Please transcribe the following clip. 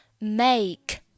Make